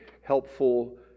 helpful